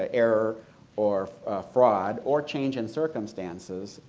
ah error or fraud or change in circumstances,